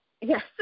Yes